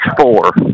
four